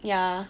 yeah